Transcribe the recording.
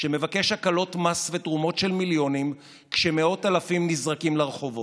שמבקש הקלות מס ותרומות של מיליונים כשמאות אלפים נזרקים לרחובות.